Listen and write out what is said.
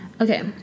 Okay